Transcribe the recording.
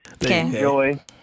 enjoy